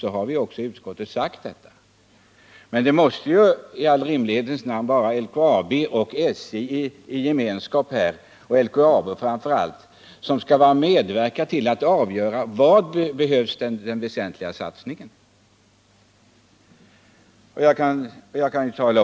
Det har vi i utskottet också sagt. Men det måste i all rimlighets namn vara LKAB och SJ som tillsammans avgör var den satsningen bäst behövs.